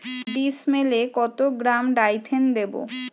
ডিস্মেলে কত গ্রাম ডাইথেন দেবো?